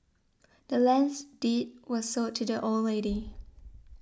the land's deed was sold to the old lady